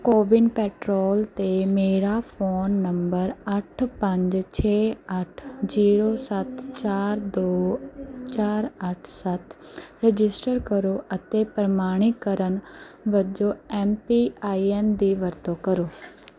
CoWIN petrol 'ਤੇ ਮੇਰਾ phone number ਅੱਠ ਪੰਜ ਛੇ ਅੱਠ ਜੀਰੋ ਸੱਤ ਚਾਰ ਦੋ ਚਾਰ ਅੱਠ ਸੱਤ ਰਜਿਸਟਰ ਕਰੋ ਅਤੇ ਪ੍ਰਮਾਣੀਕਰਨ ਵਜੋਂ ਐਮ ਪੀ ਆਈ ਐਨ ਦੀ ਵਰਤੋਂ ਕਰੋ